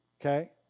Okay